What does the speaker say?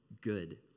good